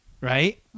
right